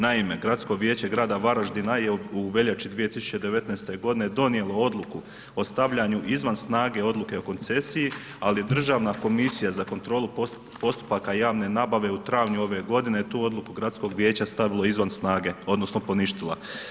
Naime, Gradsko vijeće grada Varaždina je u veljači 2019. g. donijelo oduku o stavljanju izvan snage odluke o koncesiji ali Državna komisija a kontrolu postupaka javne nabave u travnju ove godine tu odluku gradskog vijeća stavilo je izvan snage odnosno poništila.